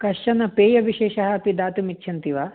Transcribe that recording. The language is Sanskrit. कश्चन पेयविशेषः अपि दातुमिच्छन्ति वा